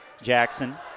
Jackson